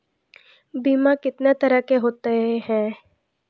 बीमा कितने तरह के होते हैं?